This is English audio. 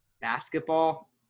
basketball